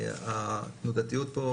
התנודתיות פה,